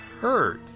hurt